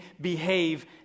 behave